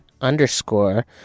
underscore